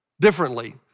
differently